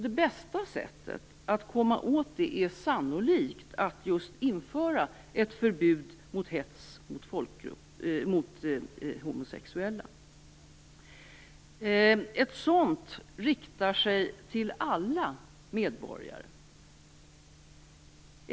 Det bästa sättet att komma åt detta är sannolikt att införa ett förbud mot hets mot homosexuella. Ett sådant förbud riktar sig till alla medborgare.